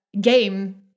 game